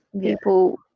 people